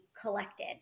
collected